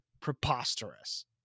preposterous